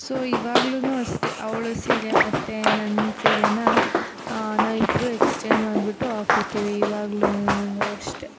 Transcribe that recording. so ಇವಾಗ್ಲೂ ಅಷ್ಟೇ ಅವ್ಳ ಸೀರೆ ಮತ್ತು ನನ್ನ ಸೀರೆನ ನಾವಿಬ್ರೂ ಎಕ್ಸ್ಚೇಂಜ್ ಮಾಡಿಬಿಟ್ಟು ಹಾಕ್ಕೊತೀವಿ ಇವಾಗ್ಲುನುನುನು ಅಷ್ಟೇ